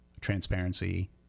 transparency